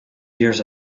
years